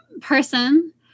person